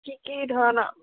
কি কি ধৰণৰ